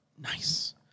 Nice